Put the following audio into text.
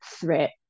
threat